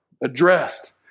addressed